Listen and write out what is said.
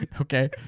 Okay